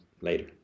later